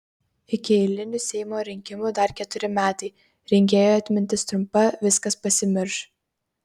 iki eilinių seimo rinkimų dar keturi metai rinkėjų atmintis trumpa viskas pasimirš